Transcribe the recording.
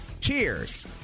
Cheers